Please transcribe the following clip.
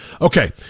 Okay